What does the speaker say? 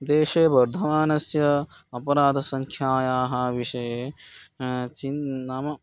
देशे वर्धमानायाः अपरादसङ्ख्यायाः विषये चिन्ता नाम